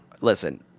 Listen